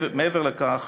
מעבר לכך,